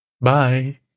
Bye